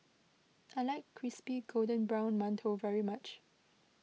I like Crispy Golden Brown Mantou very much